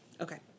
Okay